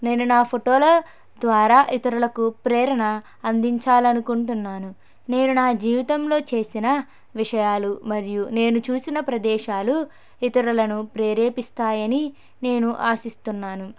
నేను నా ఫోటోల ద్వారా ఇతరులకు ప్రేరణ అందించాలని అకుంటున్నాను నేను నా జీవితంలో చేసిన విషయాలు మరియు నేను చూసిన ప్రదేశాలు ఇతరులను ప్రేరేపిస్తాయని నేను ఆశిస్తున్నాను